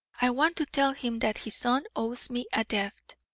i want to tell him that his son owes me a debt